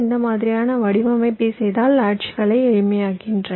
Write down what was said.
இந்த மாதிரியான வடிவமைப்பைச் செய்தால் லாட்ச்களை எளிமையாகின்றன